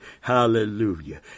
Hallelujah